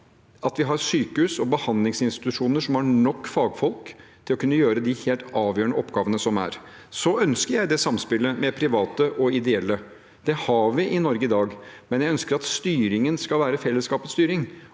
for at sykehus og behandlingsinstitusjoner har nok fagfolk til å kunne gjøre de helt avgjørende oppgavene. Jeg ønsker det samspillet med private og ideelle. Det har vi i Norge i dag, men jeg ønsker at styringen skal være fellesskapets styring,